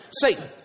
Satan